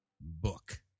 book